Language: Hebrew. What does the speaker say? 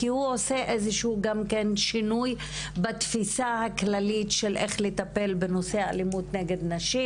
כי הוא יוצר שינוי בתפיסה הכללית כיצד לטפל בנושא האלימות נגד נשים.